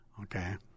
Okay